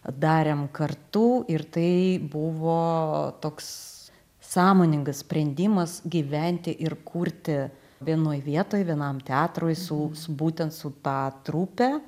darėm kartu ir tai buvo toks sąmoningas sprendimas gyventi ir kurti vienoj vietoj vienam teatrui su būtent su ta trupe